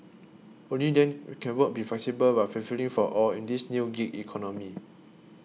only then can work be flexible but fulfilling for all in this new gig economy